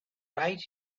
right